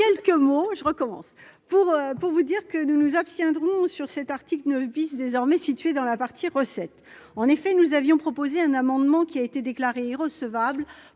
quelques mots, je recommence pour pour vous dire que nous nous abstiendrons sur cet article ne vise désormais situées dans la partie recettes, en effet, nous avions proposé un amendement qui a été déclarée irrecevable